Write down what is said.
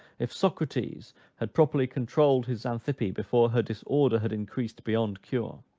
if socrates had properly controlled his xantippe before her disorder had increased beyond cure,